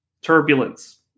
turbulence